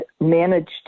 managed